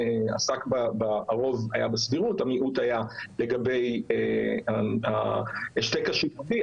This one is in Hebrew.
הרוב היה בסבירות, המיעוט היה לגבי ההשתק השיפוטי.